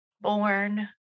born